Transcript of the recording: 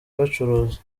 bacuruza